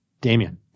Damian